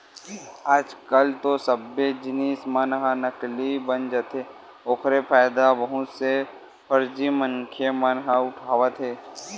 आज कल तो सब्बे जिनिस मन ह नकली बन जाथे ओखरे फायदा बहुत से फरजी मनखे मन ह उठावत हे